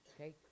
Okay